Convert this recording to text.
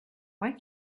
why